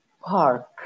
park